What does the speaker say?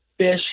Fish